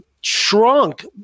shrunk